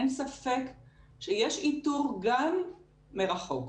אין ספק שיש איתור גם מרחוק,